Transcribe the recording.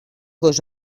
gos